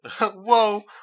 Whoa